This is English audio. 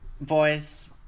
Boys